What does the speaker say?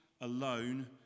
alone